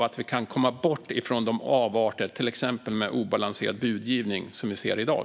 Vi behöver komma bort från avarter med till exempel obalanserad budgivning som vi ser i dag.